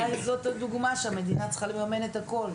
אולי זאת הדוגמה לכך שהמדינה צריכה לממן את הכל.